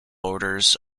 orders